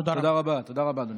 תודה רבה, אדוני.